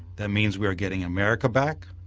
that means we are getting america back,